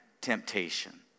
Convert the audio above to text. temptation